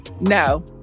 No